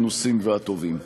המנוסים והטובים.